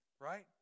right